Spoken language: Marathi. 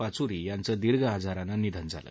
पाचुरी यांचं दीर्घ आजारानं निधन झालं